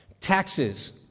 taxes